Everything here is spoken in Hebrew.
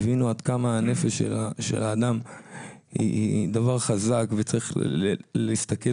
הבינו עד כמה הנפש של האדם היא דבר חזק וצריך להסתכל